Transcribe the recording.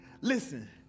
listen